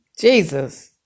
Jesus